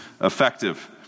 effective